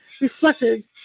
reflected